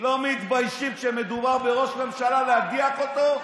לא מתביישים, כשמדובר בראש ממשלה, להדיח אותו?